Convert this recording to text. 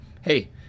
hey